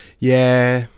yeah,